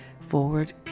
forward